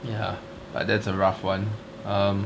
ya but that's a rough one um